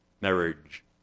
marriage